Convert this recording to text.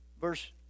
verse